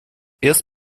erst